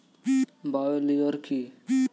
Bio lure কি?